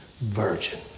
virgin